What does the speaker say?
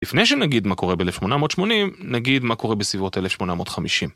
לפני שנגיד מה קורה ב-1880, נגיד מה קורה בסביבות 1850.